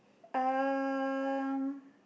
um